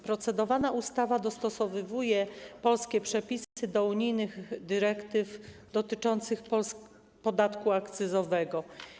Procedowana ustawa dostosowuje polskie przepisy do unijnych dyrektyw dotyczących podatku akcyzowego.